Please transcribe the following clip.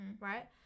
right